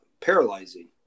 paralyzing